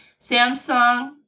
Samsung